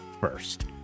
first